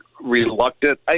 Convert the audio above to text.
reluctant